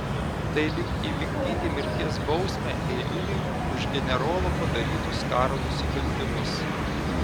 tai lyg įvykdyti mirties bausmę eiliniui už generolo padarytus karo nusikaltimus